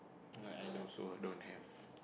no I also don't have